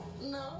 No